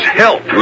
help